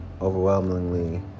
overwhelmingly